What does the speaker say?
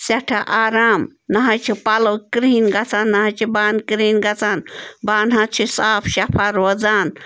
سٮ۪ٹھاہ آرام نَہ حظ چھِ پَلَو کِرٛہِنۍ گَژھان نَہ حظ چھِ بانہٕ کِرٛہِنۍ گَژھان بانہٕ حظ چھِ صاف شَفا روزان